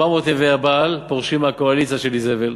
400 נביאי הבעל פורשים מהקואליציה של איזבל.